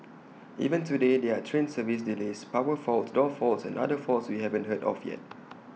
even today there are train service delays power faults door faults and other faults we haven't heard of yet